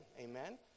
Amen